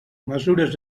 mesures